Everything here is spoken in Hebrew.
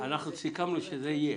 אילן, סיכמנו שזה יהיה.